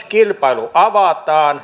kilpailun avaa tänään